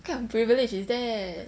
what kind of privilege is that